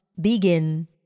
begin